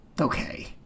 Okay